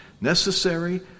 necessary